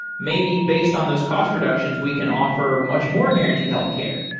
maybe based on those cost reductions we can offer much more guaranteed healthcare.